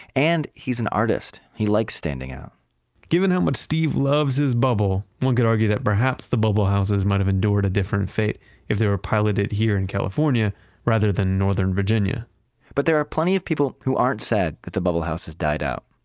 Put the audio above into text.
and he's an artist. he likes standing out given how much steve loves his bubble, one can argue that perhaps the bubble houses might have endured a different fate if they were piloted here in california rather than northern virginia but there are plenty of people who aren't sad that the bubble house has died out.